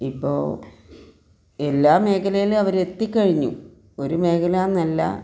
ഇപ്പോൾ എല്ലാ മേഖലയിലും അവർ എത്തിക്കഴിഞ്ഞു ഒരു മേഖല എന്നല്ല